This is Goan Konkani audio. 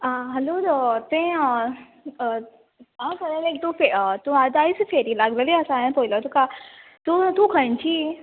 आं हॅलो तें आं फोवलेक तूं आतां फेरी लागलोली आसा हावेंन पोयल्लो तुका तूं खंयची